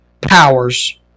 powers